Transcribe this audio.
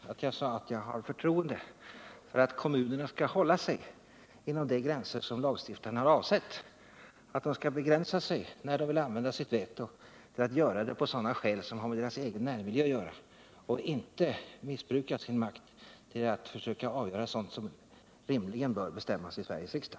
Jag sade att 3 jag har förtroende för att kommunerna skall hålla sig inom de gränser som lagstiftarna har avsett och begränsa sig, när de vill använda sitt veto, till att använda det på sådana skäl som har med den egna närmiljön att göra och inte missbruka sin makt till att försöka avgöra sådant som rimligen bör bestämmas av Sveriges riksdag.